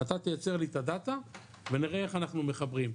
אתה תייצר לי את הדאטה ונראה איך אנחנו מחברים'.